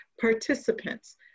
participants